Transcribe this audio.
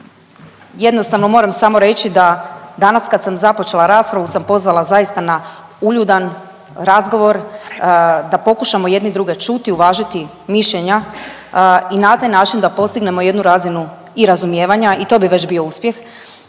jednostavno moram samo reći da danas kad sam započela raspravu sam pozvala zaista na uljudan razgovor da pokušamo jedni drugi čuti, uvažiti mišljenja i na taj način da postignemo jednu razinu i razumijevanja i to bi već bio uspjeh